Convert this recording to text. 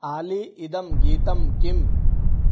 आली इदं गीतं किम्